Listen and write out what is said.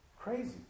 Crazy